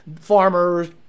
farmers